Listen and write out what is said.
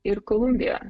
ir kolumbijoje